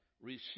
receive